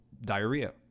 diarrhea